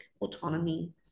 autonomy